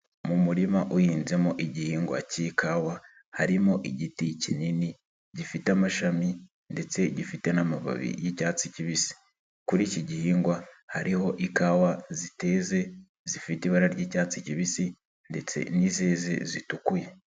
Mu murima uhinzemo igihingwa cy'ikawa harimo igiti kinini gifite amashami ndetse gifite n'amababi y'icyatsi kibisi, kuri iki gihingwa hariho ikawa ziteze zifite ibara ry'icyatsi kibisi ndetse n'izeze zitukuye.